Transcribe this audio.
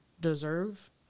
deserve